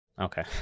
Okay